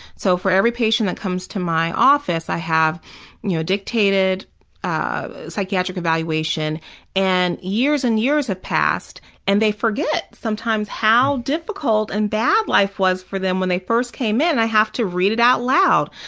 so for every patient that comes to my office, i have you know dictated ah psychiatric evaluation and years and years have passed and they forget sometimes how difficult and bad life was for them when they first came in, and i have to read it out loud.